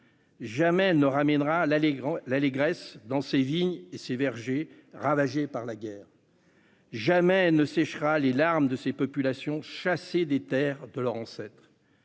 Jamais elle ne ramènera l'allégresse dans ces vignes et ces vergers ravagés par la guerre. Jamais elle ne séchera les larmes de ces populations chassées des terres de leurs ancêtres.